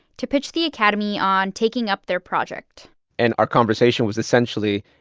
to pitch the academy on taking up their project and our conversation was essentially,